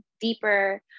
deeper